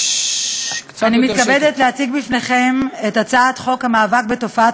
אני מתכבדת להציג בפניכם את הצעת חוק המאבק בתופעת